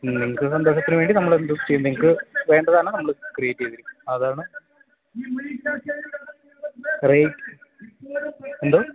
നിങ്ങൾക്ക് സന്തോഷത്തിനു വേണ്ടി നമ്മളെന്തും ചെയ്യും നിങ്ങൾക്ക് വേണ്ടതാണ് നമ്മൾ ക്രിയേറ്റ് ചെയ്തു തരും അതാണ് എന്തോ